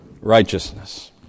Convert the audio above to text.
righteousness